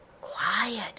quiet